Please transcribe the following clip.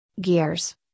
Gears